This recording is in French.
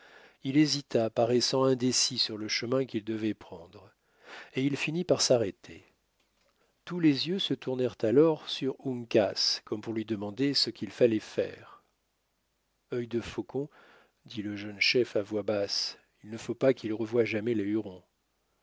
il hésita paraissant indécis sur le chemin qu'il devait prendre et il finit par s'arrêter tous les yeux se tournèrent alors sur uncas comme pour lui demander ce qu'il fallait faire œil de faucon dit le jeune chef à voix basse il ne faut pas qu'il revoie jamais les